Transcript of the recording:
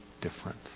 different